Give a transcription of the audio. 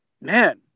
man